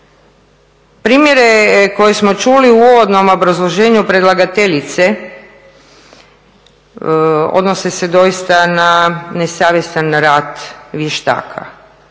Primjere koje smo čuli u uvodnom obrazloženju predlagateljice odnose se doista na nesavjestan rad vještaka,